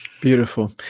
Beautiful